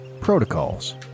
protocols